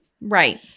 right